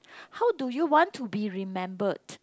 how do you want to be remembered